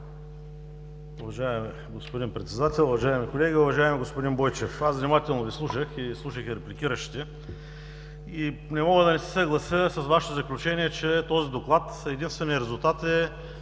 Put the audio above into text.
Уважаеми господин Председател, уважаеми колеги! Уважаеми господин Бойчев, внимателно Ви слушах, слушах и репликиращите, и не мога да не се съглася с Вашето заключение, че в този Доклад единственият резултат е